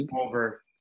over